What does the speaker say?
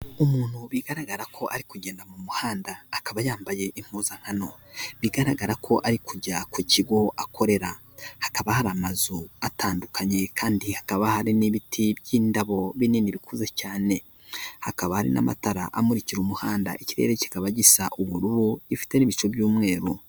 Umuntu bigaragara ko ari kugenda mu muhanda akaba yambaye impuzankano bigaragara ko ari kujya ku kigo akorera, hakaba hari amazu atandukanye kandi hakaba hari n'ibiti by'indabo binini bikuze cyane, hakaba hari n'amatara amukira umuhanda ikirere kikaba gisa ubururu gifite n'ibice by'umweru.